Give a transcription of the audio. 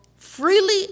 Freely